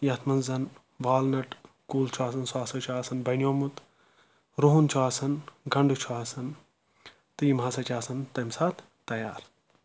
یَتھ منٛز زَن والنَٹ کُل چھُ آسَان سُہ ہسا چھُ آسان بَنِیومُت رُہن چھُ آسَان گنٛڈٕ چھُ آسان تہٕ یِم ہَسا چھِ آسَان تمہِ ساتہٕ تَیار